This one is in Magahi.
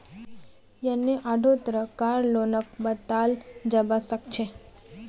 यन्ने आढ़ो तरह कार लोनक बताल जाबा सखछे